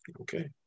Okay